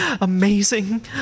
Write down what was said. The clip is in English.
amazing